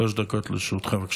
שלוש דקות לרשותך.